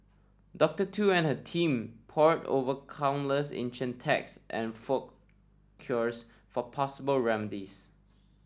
Doctor Tu and her team pored over countless ancient texts and folk cures for possible remedies